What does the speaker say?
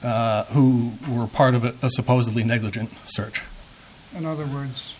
who were part of a supposedly negligent search in other words